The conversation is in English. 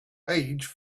age